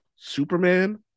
Superman